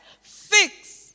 fix